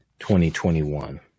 2021